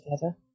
together